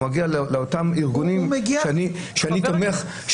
הוא מגיע לאותם ארגונים שאני תומך בהם,